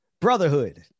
brotherhood